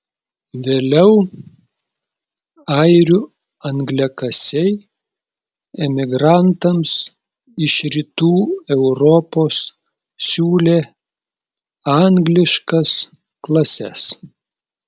vėliau airių angliakasiai emigrantams iš rytų europos siūlė angliškas klases